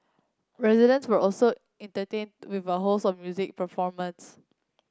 residents were also entertain with a host of music performance